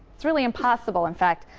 it's really impossible, in fact,